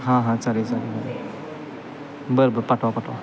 हां हां चालेल चालेल बरं बरं पाठवा पाठवा